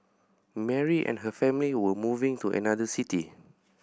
Mary and her family were moving to another city